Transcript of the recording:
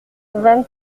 vingt